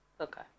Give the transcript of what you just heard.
Okay